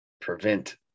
prevent